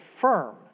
firm